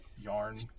yarn